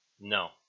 No